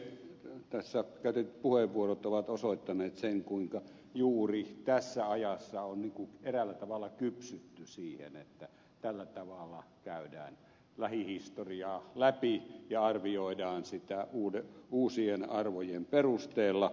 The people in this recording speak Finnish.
tässä käytetyt puheenvuorot ovat osoittaneet sen kuinka juuri tässä ajassa on eräällä tavalla kypsytty siihen että tällä tavalla käydään lähihistoriaa läpi ja arvioidaan sitä uusien arvojen perusteella